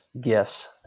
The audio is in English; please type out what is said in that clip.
gifts